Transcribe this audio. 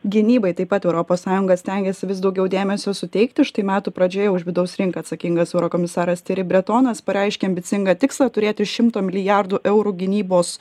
gynybai taip pat europos sąjunga stengiasi vis daugiau dėmesio suteikti štai metų pradžioje už vidaus rinką atsakingas eurokomisaras tiery bretonas pareiškė ambicingą tikslą turėti šimto milijardų eurų gynybos